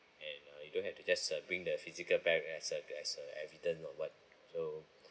and you don't have just uh bring the physical back as a as a evident or what so